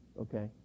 okay